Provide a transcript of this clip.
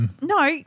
no